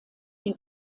die